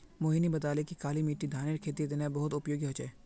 मोहिनी बताले कि काली मिट्टी धानेर खेतीर तने बहुत उपयोगी ह छ